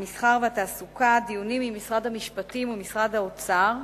המסחר והתעסוקה דיונים עם משרד המשפטים ומשרד האוצר,